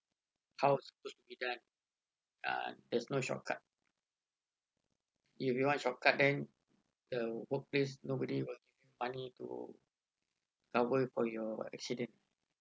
how's supposed to be done ah there's no shortcut if you want shortcut then the workplace nobody will fund in to cover for your accident